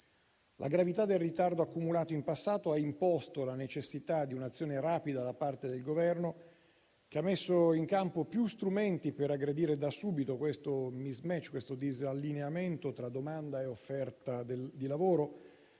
La gravità del ritardo accumulato in passato ha imposto la necessità di un'azione rapida da parte del Governo, che ha messo in campo più strumenti per aggredire da subito il *mismatch*, il disallineamento tra domanda e offerta di lavoro,